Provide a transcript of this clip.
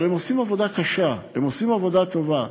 אבל הם עושים עבודה קשה, הם עושים עבודה טובה,